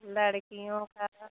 लड़कियों का है